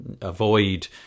avoid